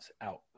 out